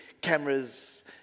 cameras